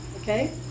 Okay